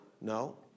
No